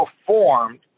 performed